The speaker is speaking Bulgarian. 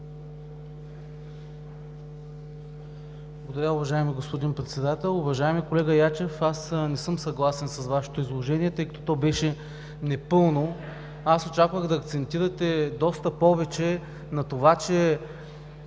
Благодаря Ви, уважаеми господин Председател. Уважаеми колега Ячев, не съм съгласен с Вашето изложение, тъй като то беше непълно. Очаквах да акцентирате повече на това, че